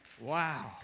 Wow